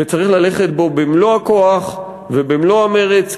וצריך ללכת בו במלוא הכוח ובמלוא המרץ,